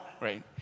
right